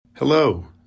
Hello